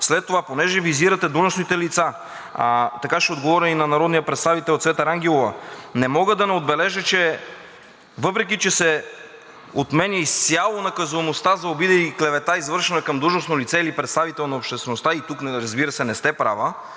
След това, понеже визирате длъжностните лица, а така ще отговоря и на народния представител Цвета Рангелова, не мога да не отбележа, че въпреки че се отменя изцяло наказуемостта за обида и клевета, извършена към длъжностно лице или представител на обществеността, и тук, разбира се, не сте права,